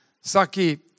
Saki